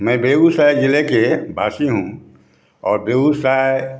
मैं बेगूसराय ज़िले का वासी हूँ और बेगूसराय